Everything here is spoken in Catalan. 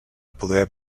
poder